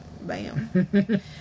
bam